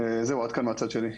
זהו, עד כאן מהצד שלי.